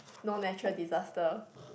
no natural disaster